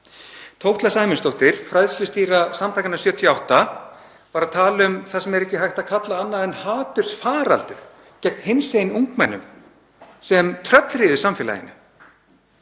Tótla Sæmundsdóttir, fræðslustýra Samtakanna '78, var að tala um það sem er ekki hægt að kalla annað en hatursfaraldur gegn hinsegin ungmennum sem tröllríður samfélaginu.